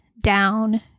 down